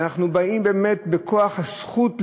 ואנחנו באים בכוח הזכות,